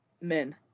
men